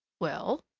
well?